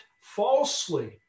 falsely